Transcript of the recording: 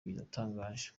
biratangaje